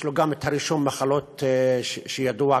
יש לו גם רישום מחלות ידוע.